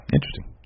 Interesting